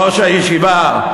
ראש הישיבה,